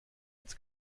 als